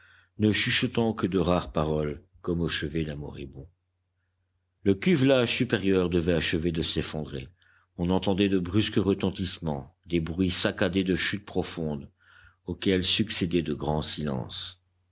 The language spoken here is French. ne chuchotant que de rares paroles comme au chevet d'un moribond le cuvelage supérieur devait achever de s'effondrer on entendait de brusques retentissements des bruits saccadés de chute profonde auxquels succédaient de grands silences